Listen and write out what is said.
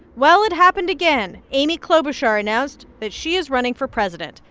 well, it happened again. amy klobuchar announced that she is running for president,